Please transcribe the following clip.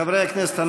חברי הכנסת,